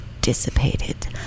dissipated